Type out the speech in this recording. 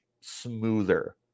smoother